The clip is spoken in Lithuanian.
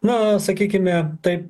na sakykime taip